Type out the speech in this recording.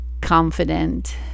confident